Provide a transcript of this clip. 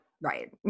Right